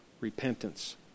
repentance